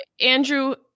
Andrew